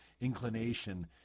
inclination